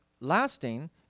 lasting